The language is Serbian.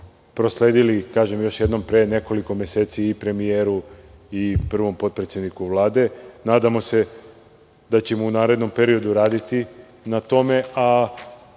prosledili, kažem još jednom, pre nekoliko meseci i premiju i prvom potpredsedniku Vlade. Nadamo se da ćemo u narednom periodu raditi na tome,